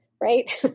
right